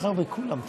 מאחר שכולם תומכים,